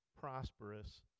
prosperous